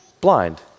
blind